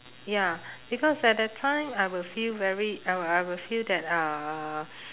ya because at that time I will feel very I I will feel that uh